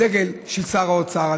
הדגל של שר האוצר,